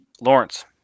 Lawrence